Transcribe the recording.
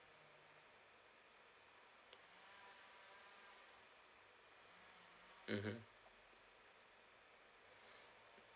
mmhmm